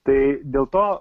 tai dėl to